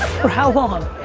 for how long?